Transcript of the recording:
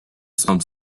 some